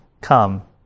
Come